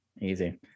Easy